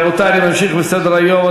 רבותי, אני ממשיך בסדר-היום.